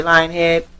Lionhead